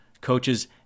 coaches